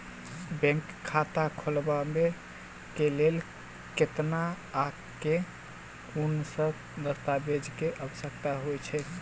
Bank खाता खोलबाबै केँ लेल केतना आ केँ कुन सा दस्तावेज केँ आवश्यकता होइ है?